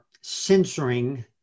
censoring